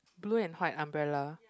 blue and white umbrella